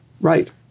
right